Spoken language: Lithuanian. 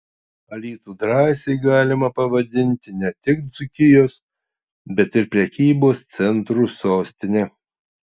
alytų drąsiai galima pavadinti ne tik dzūkijos bet ir prekybos centrų sostine